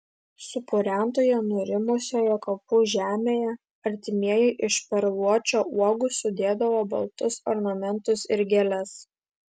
supurentoje nurimusioje kapų žemėje artimieji iš perluočio uogų sudėdavo baltus ornamentus ir gėles